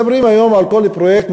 מדברים היום על כל פרויקט,